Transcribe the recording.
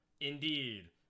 indeed